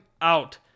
out